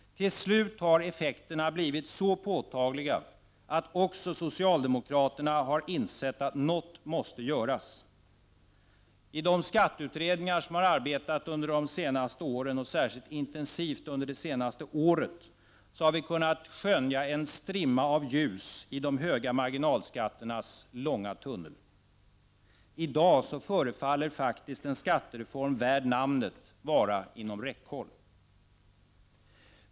Till slut har effekterna blivit så påtagliga att också socialdemokraterna har insett att något måste göras. I de skatteutredningar som har arbetat de senaste åren — och särskilt intensivt under det senaste året — har vi kunnat skönja en strimma av ljus i de höga marginalskatternas långa tunnel. I dag förefaller faktiskt en skattereform värd namnet vara inom räckhåll.